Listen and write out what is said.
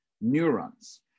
neurons